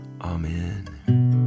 Amen